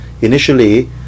Initially